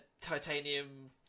titanium